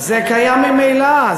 זה קיים ממילא.